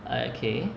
I okay